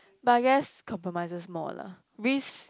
but yes compromises more lah risk